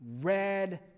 red